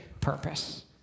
purpose